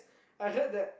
I heard that